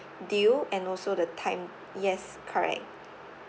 due and also the time yes correct